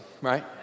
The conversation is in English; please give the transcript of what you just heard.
right